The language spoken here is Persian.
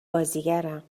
بازیگرم